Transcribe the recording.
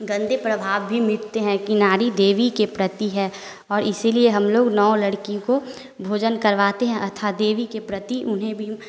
गंदे प्रभाव भी मिटते हैं कि नारी देवी के प्रति है और इसीलिए हम लोग नौ लड़की को भोजन करवाते हैं अतः देवी के प्रति उन्हें भी